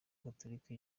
gatolika